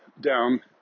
down